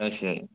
ਅੱਛਾ ਜੀ